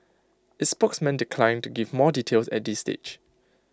its spokesman declined to give more details at this stage